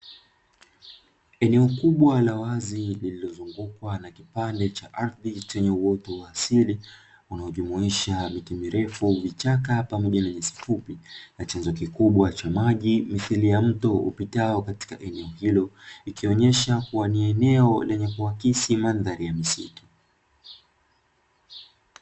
Eneo kubwa la wazi lililozungukwa na kipande cha uoto wa asili unaojumuisha miti mirefu vichaka pamoja na nyasi fupi, na chanzo kikubwa cha maji mithili ya mto upitao katika eneo hilo, likionesha kuwa ni eneo ya kuakisi mandhari ya misitu.